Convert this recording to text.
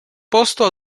posto